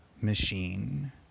machine